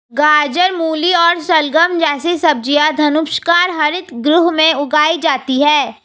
गाजर, मूली और शलजम जैसी सब्जियां धनुषाकार हरित गृह में उगाई जाती हैं